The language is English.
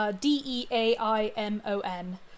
D-E-A-I-M-O-N